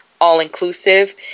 all-inclusive